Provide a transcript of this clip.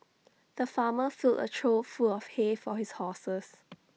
the farmer filled A trough full of hay for his horses